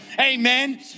Amen